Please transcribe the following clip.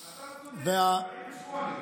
אתה צודק, ב-48'.